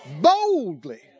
boldly